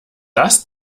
das